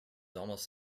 almost